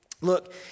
look